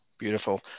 beautiful